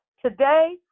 Today